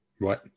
Right